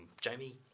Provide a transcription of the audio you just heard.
Jamie